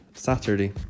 saturday